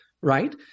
right